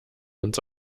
uns